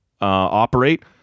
operate